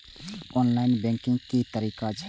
Online banking के की तरीका छै?